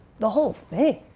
the whole thing.